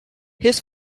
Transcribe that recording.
his